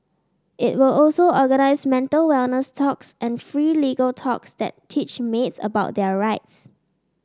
it will also organize mental wellness talks and free legal talks that teach maids about their rights